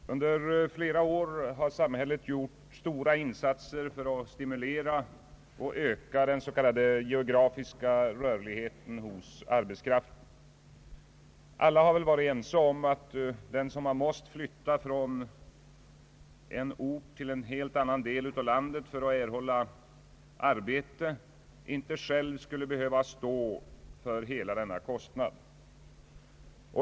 Herr talman! Under flera år har samhället gjort stora insatser för att stimulera och öka den s.k. geografiska rörligheten hos arbetskraften. Alla har väl varit överens om att den som har måst flytta från en ort till en helt annan del av landet för att erhålla arbete inte själv skall behöva stå för hela denna kostnad.